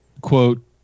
quote